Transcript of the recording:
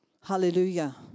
hallelujah